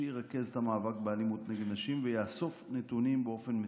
שירכז את המאבק באלימות נגד נשים ויאסוף נתונים באופן מתכלל.